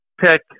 pick